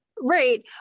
Right